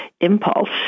impulse